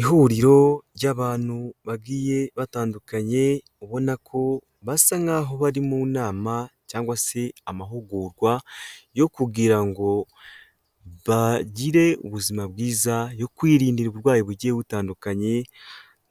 Ihuriro ry'abantu bagiye batandukanye, ubona ko basa nk'aho bari mu nama cyangwa se amahugurwa, yo kugira ngo bagire ubuzima bwiza, yo kwirindandi uburwayi bugiye butandukanye